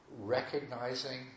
recognizing